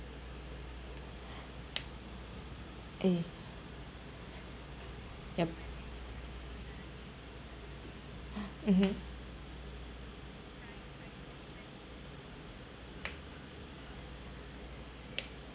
eh yup mmhmm